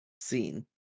scene